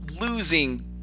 losing